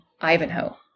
Ivanhoe